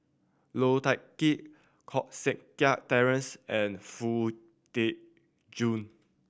Low Thia Khiang Koh Seng Kiat Terence and Foo Tee Jun